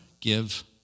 give